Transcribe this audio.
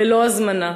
ללא הזמנה,